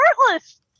heartless